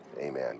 Amen